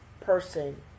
person